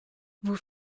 vous